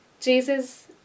Jesus